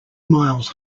miles